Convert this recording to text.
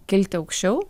kilti aukščiau